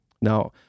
Now